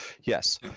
yes